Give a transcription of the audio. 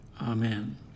Amen